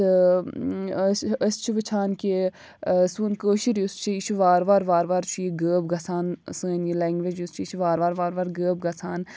تہٕ أسی أسی چھِ وُچھان کہِ سون کٲشُر یُس چھُ یہِ چھُ وارٕ وارٕ وارِ وارٕ چھُ یہِ غأب گَژھان سٲنۍ یہِ لینٛگویج یۅس چھِ یہِ چھِ وارٕ وارٕ وارٕ وارٕ غأب گَژھان